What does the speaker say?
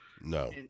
No